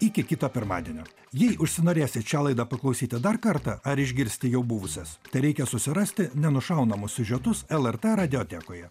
iki kito pirmadienio jei užsinorėsit šią laidą paklausyti dar kartą ar išgirsti jau buvusias tereikia susirasti nenušaunamus siužetus lrt radiotekoje